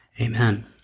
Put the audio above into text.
Amen